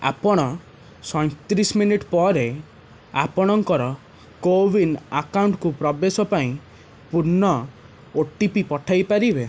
ଆପଣ ସଇଁତିରିଶ୍ ମିନିଟ୍ ପରେ ଆପଣଙ୍କର କୋୱିନ୍ ଆକାଉଣ୍ଟ୍କୁ ପ୍ରବେଶ ପାଇଁ ପୁନଃ ଓ ଟି ପି ପଠାଇ ପାରିବେ